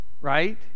right